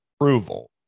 approval